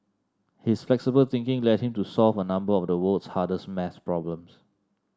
his flexible thinking led him to solve a number of the world's hardest math problems